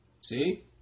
See